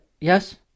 Yes